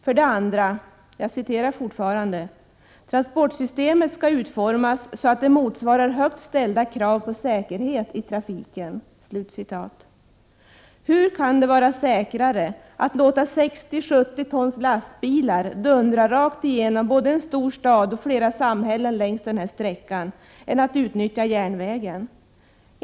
För det andra sägs det i regeringens mål: ”Transportsystemet skall utformas så att det motsvarar högt ställda krav på säkerhet i trafiken.” Hur kan det vara säkrare att låta 60-70 tons lastbilar dundra rakt igenom både en stor stad och flera samhällen längs den här sträckan än att utnyttja järnvägen?